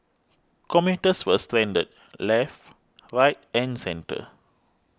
commuters were stranded left right and centre